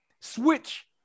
switch